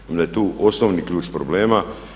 Onda je tu osnovni ključ problema.